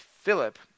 Philip